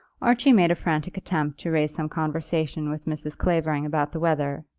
archie made a frantic attempt to raise some conversation with mrs. clavering about the weather.